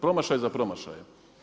Promašaj za promašajem.